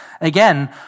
again